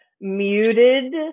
muted